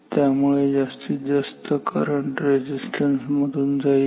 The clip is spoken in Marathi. त्यामुळे जास्तीत जास्त करंट रेझिस्टन्स मधून जाईल